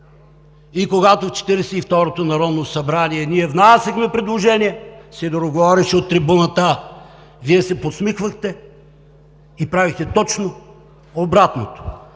и второто народно събрание ние внасяхме предложения, Сидеров говореше от трибуната, Вие се подсмихвахте и правехте точно обратното.